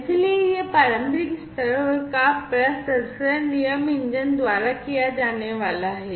इसलिए यह प्रारंभिक स्तर का प्रसंस्करण नियम इंजन द्वारा किया जाने वाला है